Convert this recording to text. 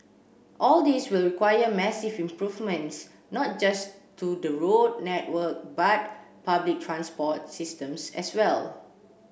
all this will require massive improvements not just to the road network but public transport systems as well